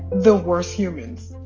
the worst humans.